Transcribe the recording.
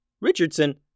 Richardson